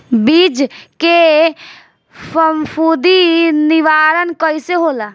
बीज के फफूंदी निवारण कईसे होला?